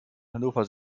hannover